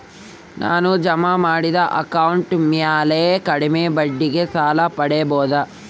ನಾನು ಜಮಾ ಮಾಡಿದ ಅಕೌಂಟ್ ಮ್ಯಾಲೆ ಕಡಿಮೆ ಬಡ್ಡಿಗೆ ಸಾಲ ಪಡೇಬೋದಾ?